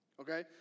Okay